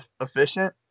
efficient